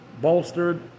bolstered